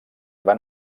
van